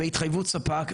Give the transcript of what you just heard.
בהתחייבות ספק,